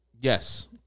Yes